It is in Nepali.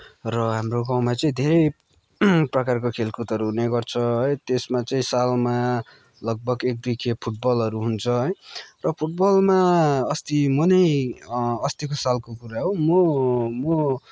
र हाम्रो गाउँमा चाहिँ धेरै प्रकारको खेलकुदहरू हुने गर्छ है त्यसमा चाहिँ सालमा लगभग एक दुईखेप फुटबलहरू हुन्छ है र फुटबलमा अस्ति म नै अस्तिको सालको कुरा हो म म